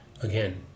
again